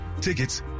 Tickets